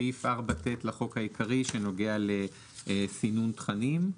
סעיף 4ט לחוק העיקרי שנוגע לסינון תכנים.